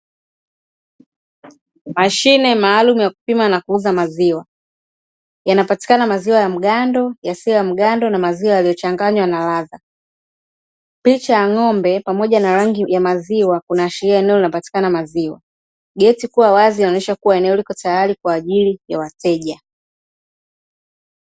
Mashine maalumu ya kupima na kuuza maziwa, yanapatikana maziwa ya mgando, yasiyo ya mgando na maziwa yaliyochanganywa na ladha. Picha ya ng'ombe pamoja na rangi ya maziwa, kuna ashiria eneo linapatikana maziwa. Geti kuwa wazi inaonesha eneo likotayari kwa ajili ya wateja.